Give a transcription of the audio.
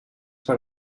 per